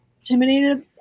intimidated